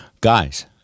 Guys